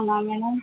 అవునా మేడం